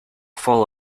fall